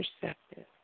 perceptive